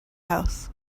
house